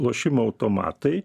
lošimo automatai